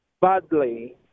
badly